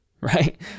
right